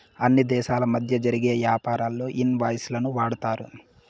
అన్ని దేశాల మధ్య జరిగే యాపారాల్లో ఇన్ వాయిస్ లను వాడతారు